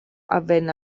avvenne